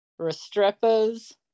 Restrepo's